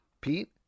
pete